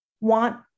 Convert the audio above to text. want